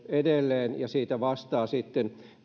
edelleen ja taksiyrittäjä vastaa sitten